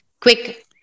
quick